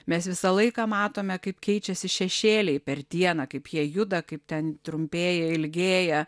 mes visą laiką matome kaip keičiasi šešėliai per dieną kaip jie juda kaip ten trumpėja ilgėja